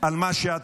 על מה שאתם,